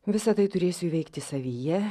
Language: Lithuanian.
visa tai turėsiu įveikti savyje